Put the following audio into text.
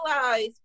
realize